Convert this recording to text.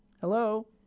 hello